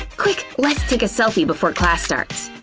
quick! let's take a selfie before class starts!